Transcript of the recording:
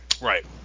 Right